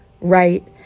Right